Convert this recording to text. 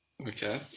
Okay